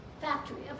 factory